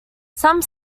some